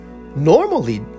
normally